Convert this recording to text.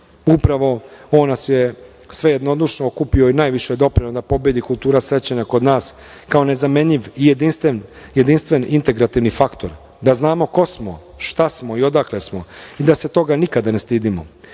Upravo on nas je sve jednodušno okupio i najviše doprineo da pobedi kultura sećanja kod nas kao nezamenjiv i jedinstven integrativni faktor, da znamo ko smo, šta smo i odakle smo i da se toga nikada ne stidimo.